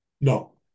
No